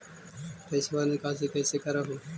पैसवा निकासी कैसे कर हो?